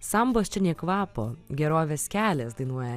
sambos čia nė kvapo gerovės kelias dainuoja